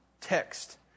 text